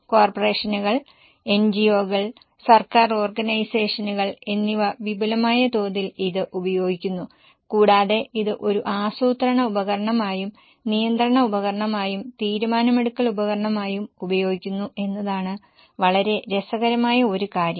കോർപ്പറേഷനുകൾ എൻജിഒകൾ സർക്കാർ ഓർഗനൈസേഷനുകൾ എന്നിവ വിപുലമായ തോതിൽ ഇത് ഉപയോഗിക്കുന്നു കൂടാതെ ഇത് ഒരു ആസൂത്രണ ഉപകരണമായും നിയന്ത്രണ ഉപകരണമായും തീരുമാനമെടുക്കൽ ഉപകരണമായും ഉപയോഗിക്കുന്നു എന്നതാണ് വളരെ രസകരമായ ഒരു കാര്യം